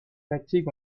fatigue